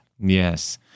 Yes